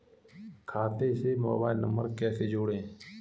खाते से mobile number कैसे जोड़ें?